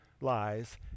lies